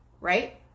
Right